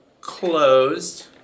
closed